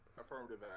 affirmative